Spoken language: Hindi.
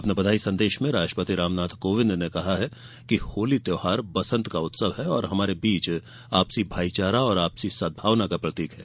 अपने बधाई संदेश में राष्ट्रपति रामनाथ कोविन्द ने कहा कि होली त्यौहार बसन्त का उत्सव है और हमारे बीच आपसी भाईचारा और आपसी सदभावना का प्रतीक है